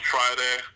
Friday